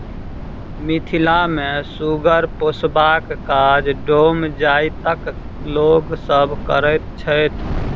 मिथिला मे सुगर पोसबाक काज डोम जाइतक लोक सभ करैत छैथ